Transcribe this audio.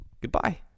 goodbye